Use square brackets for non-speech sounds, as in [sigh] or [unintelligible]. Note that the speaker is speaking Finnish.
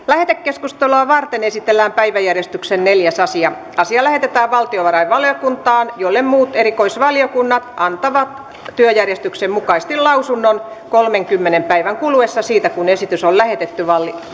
[unintelligible] lähetekeskustelua varten esitellään päiväjärjestyksen neljäs asia asia lähetetään valtiovarainvaliokuntaan jolle muut erikoisvaliokunnat antavat työjärjestyksen mukaisesti lausunnon kolmenkymmenen päivän kuluessa siitä kun esitys on lähetetty